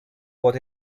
what